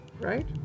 right